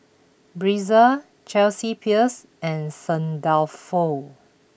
Breezer Chelsea Peers and Saint Dalfour